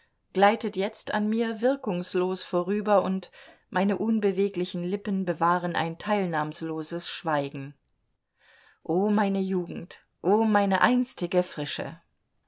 gleitet jetzt an mir wirkungslos vorüber und meine unbeweglichen lippen bewahren ein teilnahmsloses schweigen oh meine jugend oh meine einstige frische